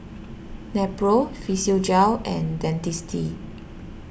Nepro Physiogel and Dentiste